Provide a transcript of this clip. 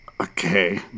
Okay